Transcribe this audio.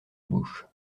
bouche